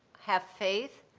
have faith,